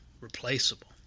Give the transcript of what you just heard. replaceable